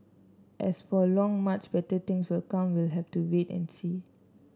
as for long much better things will become we'll have to wait and see